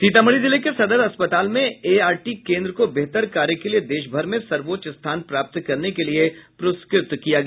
सीतामढ़ी जिले के सदर अस्पताल में एआरटी केन्द्र को बेहतर कार्य के लिये देश भर में सर्वोच्च स्थान प्राप्त करने के लिये पुरस्कृत किया गया